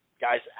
guys